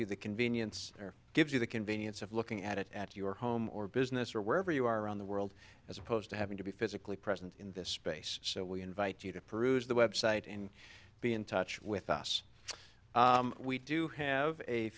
you the convenience or gives you the convenience of looking at it at your home or business or wherever you are around the world as opposed to having to be physically present in this space so we invite you to peruse the website and be in touch with us we do have a